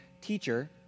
Teacher